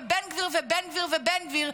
ובן גביר ובן גביר ובן גביר,